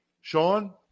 Sean